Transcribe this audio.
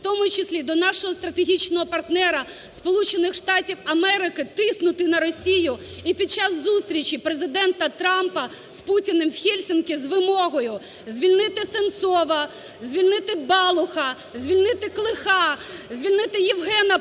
в тому числі до нашого стратегічного партнера, Сполучених Штатів Америки, тиснути на Росію. І під час зустрічі Президента Трампа з Путіним в Хельсінкі з вимогою звільнити Сенцова, звільнити Балуха, звільнити Клиха, звільнити Євгена Панова,